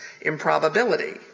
improbability